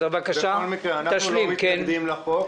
בכל מקרה, אנחנו לא מתנגדים לחוק.